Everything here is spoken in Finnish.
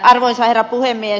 arvoisa herra puhemies